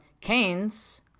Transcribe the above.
Canes